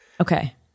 Okay